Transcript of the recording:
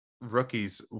rookies